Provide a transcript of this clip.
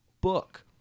book